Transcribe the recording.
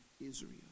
Israel